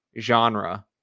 genre